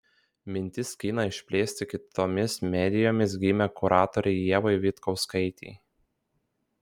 mintis kiną išplėsti kitomis medijomis gimė kuratorei ievai vitkauskaitei